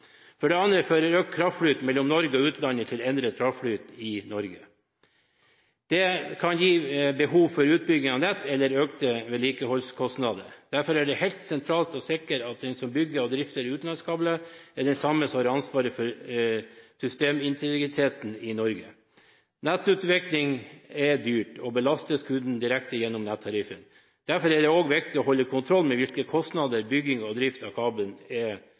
For det andre fører økt kraftflyt mellom Norge og utlandet til endret kraftflyt i Norge. Det kan føre til behov for utbygging av nett eller økte vedlikeholdskostnader. Derfor er det helt sentralt å sikre at den som bygger og drifter utenlandskabler, er den samme som den som har ansvaret for systemintegriteten i Norge. Nettutvikling er dyrt og belastes kunden direkte gjennom nettariffen. Derfor er det også viktig å ha kontroll med hvilke konsekvenser bygging og drift av kabelen